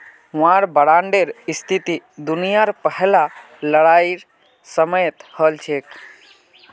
वार बांडेर स्थिति दुनियार पहला लड़ाईर समयेत हल छेक